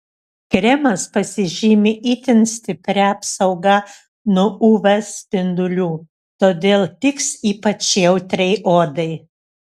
kremas pasižymi itin stipria apsauga nuo uv spindulių todėl tiks ypač jautriai odai